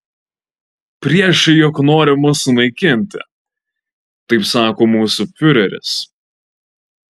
priešai juk nori mus sunaikinti taip sako mūsų fiureris